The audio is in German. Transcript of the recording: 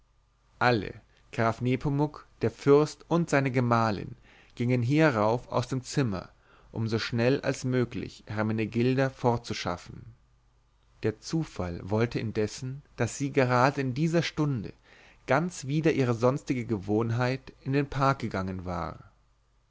alle graf nepomuk der fürst und seine gemahlin gingen hierauf aus dem zimmer um so schnell als möglich hermenegilda fortzuschaffen der zufall wollte indessen daß sie gerade in dieser stunde ganz wider ihre sonstige gewohnheit in den park gegangen war